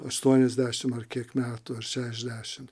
aštuoniasdešim ar kiek metų ar šešdešim